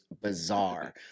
bizarre